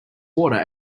water